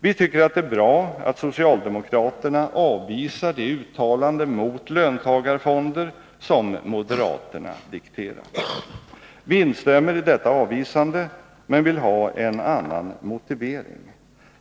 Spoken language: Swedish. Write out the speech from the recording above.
Vi tycker att det är bra att socialdemokraterna avvisar det uttalande mot löntagarfonder som moderaterna har dikterat. Vi instämmer i detta avvisande men vill ha en annan motivering.